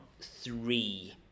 three